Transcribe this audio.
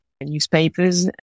newspapers